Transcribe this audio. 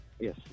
Yes